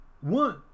one